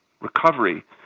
recovery